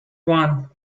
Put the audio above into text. one